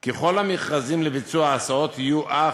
כי כל המכרזים לביצוע ההסעות יהיו אך